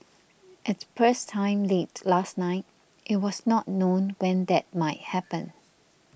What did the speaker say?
at press time late last night it was not known when that might happen